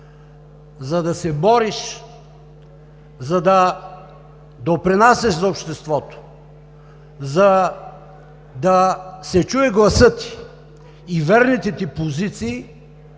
за да се бориш, за да допринасяш за обществото, за да се чуе гласът ти и верните ти позиции